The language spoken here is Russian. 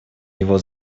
его